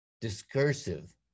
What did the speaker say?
discursive